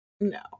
No